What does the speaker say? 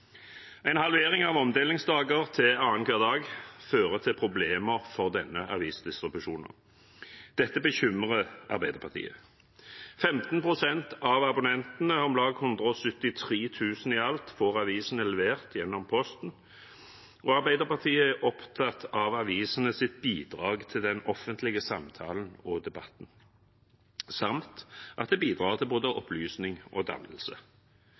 En halvering av omdelingsdager til annenhver dag fører til problemer for denne avisdistribusjonen. Dette bekymrer Arbeiderpartiet. 15 pst. av abonnentene, om lag 173 000 i alt, får avisene levert gjennom Posten. Arbeiderpartiet er opptatt av avisenes bidrag til den offentlige samtalen og debatten samt at det bidrar til både opplysning og dannelse.